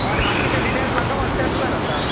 बाकीचे डिटेल्स एक व्होटसेप कर आतां